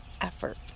effort